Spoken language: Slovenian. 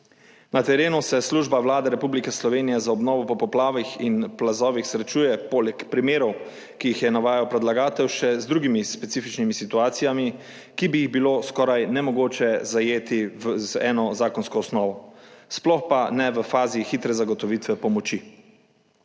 na terenu, se služba Vlade Republike Slovenije za obnovo po poplavah in plazovih srečuje poleg primerov, ki jih je navajal predlagatelj še z drugimi specifičnimi situacijami, ki bi jih bilo skoraj nemogoče zajeti z eno zakonsko osnovo, sploh pa ne v fazi hitre zagotovitve pomoči.